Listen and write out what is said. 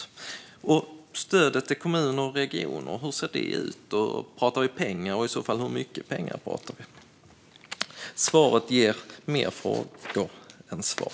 Hur ser stödet till kommuner och regioner ut? Är det pengar vi pratar om? Hur mycket pengar pratar vi i så fall om? Svaret ger upphov till mer frågor än det ger svar.